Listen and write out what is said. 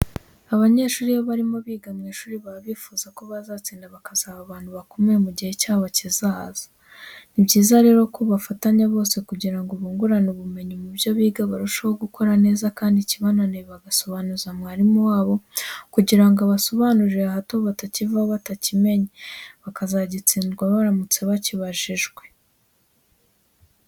Abanyeshuri iyo barimo biga mu ishuri baba bifuza ko bazatsinda bakazaba abantu bakomeye mu gihe cyabo kizaza. Ni byiza rero ko bafatanya bose kugira ngo bungurane ubumenyi mu byo biga barusheho gukora neza kandi ikibananiye bagasobanuza mwarimu wabo kugira ngo abasobanurire hato batakivaho batakimenye bakazagitsindwa baramutse bakibajijwe.